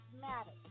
matters